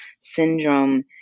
syndrome